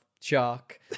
shark